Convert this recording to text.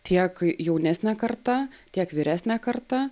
tiek jaunesnė karta tiek vyresnė karta